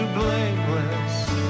blameless